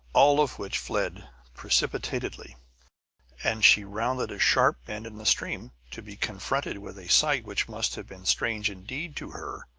all of which fled precipitately and she rounded a sharp bend in the stream, to be confronted with a sight which must have been strange indeed to her.